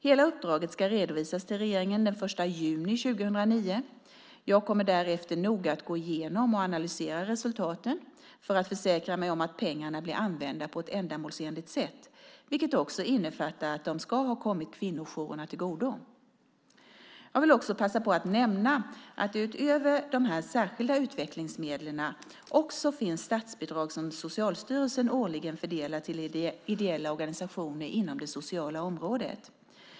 Hela uppdraget ska redovisas till regeringen den 1 juni 2009. Jag kommer därefter att noga gå igenom och analysera resultaten för att försäkra mig om att pengarna blivit använda på ändamålsenligt sätt, vilket också innefattar att de ska ha kommit kvinnojourerna till godo. Jag vill också passa på att nämna att det utöver de här särskilda utvecklingsmedlen finns statsbidrag som Socialstyrelsen årligen fördelar till ideella organisationer inom det sociala området.